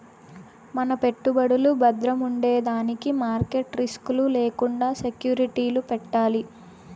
మన పెట్టుబడులు బద్రముండేదానికి మార్కెట్ రిస్క్ లు లేకండా సెక్యూరిటీలు పెట్టాలి